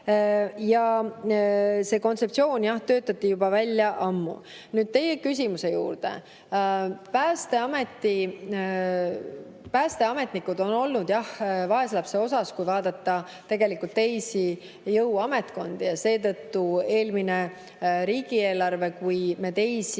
See kontseptsioon töötati välja ammu. Nüüd teie küsimuse juurde. Päästeametnikud on olnud jah vaeslapse osas, kui vaadata teisi jõuametkondi. Seetõttu eelmise riigieelarvega me teisi